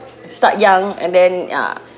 start young and then uh